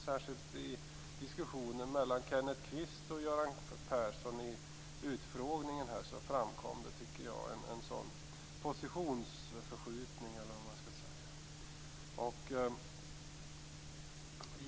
Särskilt i diskussionen mellan Kenneth Kvist och Göran Persson framkom det en positionsförskjutning.